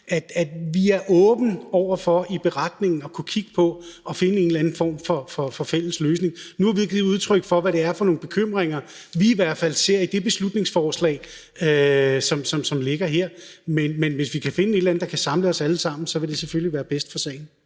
er åbne over for i beretningen at kigge på at finde en eller anden form for fælles løsning. Nu har vi givet udtryk for, hvad det er for nogle bekymringer, vi i hvert fald har i forhold til det beslutningsforslag, som ligger her, men hvis vi kan finde et eller andet, der kan samle os alle sammen, så vil det selvfølgelig være bedst for sagen.